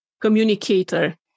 communicator